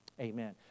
Amen